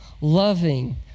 loving